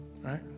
Right